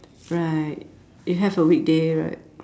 right it have a weekday right